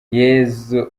yesu